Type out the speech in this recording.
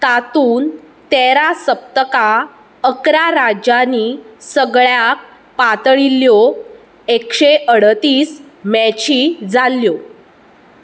तातूंत तेरा सप्तकां अकरा राज्यांनी सगळ्यांक पातळिल्ल्यो एकशें अडतीस मॅची जाल्ल्यो